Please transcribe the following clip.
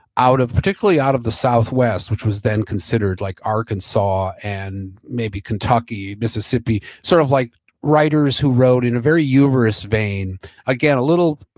out of particularly out of the southwest, which was then considered like arkansas and maybe kentucky, mississippi. sort of like writers who wrote in a very universe vain again, a little,